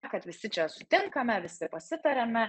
kad visi čia sutinkame visi pasitariame